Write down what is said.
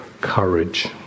courage